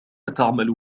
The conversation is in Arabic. تعمل